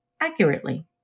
accurately